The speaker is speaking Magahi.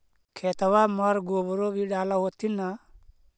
खेतबा मर गोबरो भी डाल होथिन न?